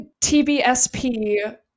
tbsp